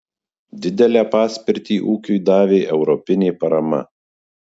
didelę paspirtį ūkiui davė europinė parama